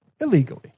illegally